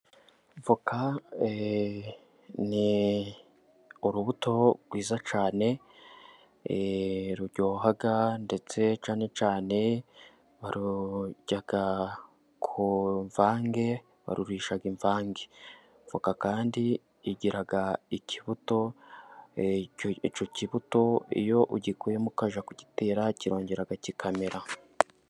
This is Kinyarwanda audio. Voka ni urubuto rwiza cyane ruryoha, ndetse cyane cyane barurya ku mvange, barurisha imvange. Voka kandi igira ikibuto, icyo kibuto iyo ugikuyemo ukajya kugitera kirongera kikamera.